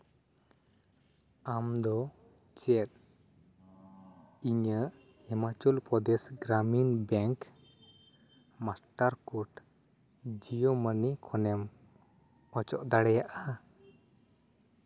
ᱟᱢ ᱫᱚ ᱪᱮᱫ ᱤᱧᱟᱹᱜ Himachal Pradesh Gramin bank master code Jio ᱢᱟᱹᱱᱤ ᱠᱷᱚᱱᱮᱢ ᱚᱪᱚᱜ ᱫᱟᱲᱮᱭᱟᱜᱼᱟ